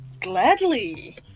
Gladly